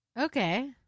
Okay